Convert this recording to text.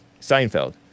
Seinfeld